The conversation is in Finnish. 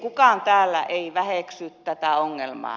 kukaan täällä ei väheksy tätä ongelmaa